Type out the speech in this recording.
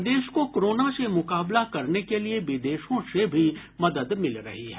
प्रदेश को कोरोना से मुकाबला करने के लिए विदेशों से भी मदद मिल रही है